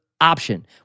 option